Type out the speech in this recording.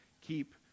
Keep